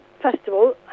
festival